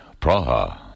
Praha